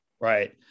Right